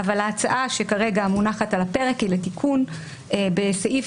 ההצעה שכרגע מונחת על הפרק היא לתיקון בסעיף